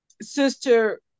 Sister